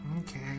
Okay